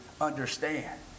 understand